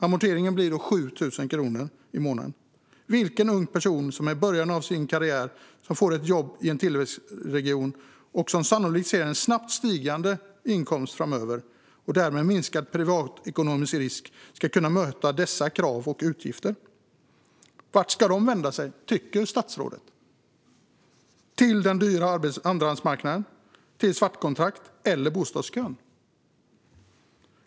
Amorteringen blir då 7 000 kronor i månaden. Vilken ung person som är i början av sin karriär, som får ett jobb i en tillväxtregion och som sannolikt ser snabbt stigande inkomster framöver och därmed minskad privatekonomisk risk kan möta dessa krav och utgifter? Vart ska de vända sig, tycker statsrådet? Till den dyra andrahandsmarknaden, svartkontrakt eller bostadskön?